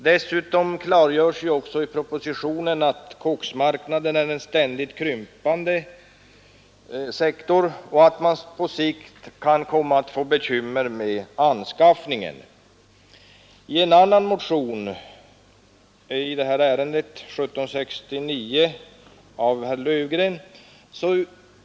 Dessutom klargörs i propositionen att koksmarknaden är en ständigt krympande sektor och att man på sikt kan komma att få bekymmer med anskaffningen.